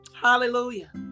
Hallelujah